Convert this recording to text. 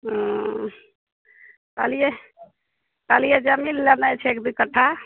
कहलिए कहलिए जमीन लेनाय छै एक दू कट्ठा